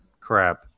crap